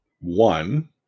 One